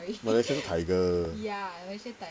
malaysia tiger